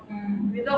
mm